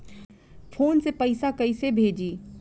Phone से पैसा कैसे भेजी?